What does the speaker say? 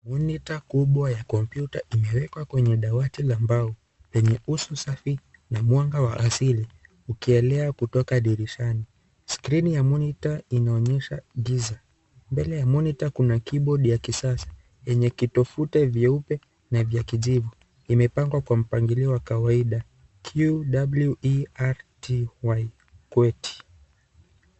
Monita kubwa ya kompyuta imewekwa kwenye dawati la mbao yenye uso safi na mwanga wa asili ukielea kutoka dirishani. Skrini ya monita inaonyesha giza. Mbele ya monita kuna kibodi ya kisasa yenye kitofute vyeupe na vya kijivu. Imepangwa kwa mpangilio wa kawaida QWERTY.